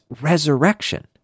resurrection